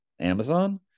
Amazon